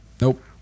Nope